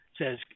says